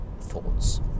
thoughts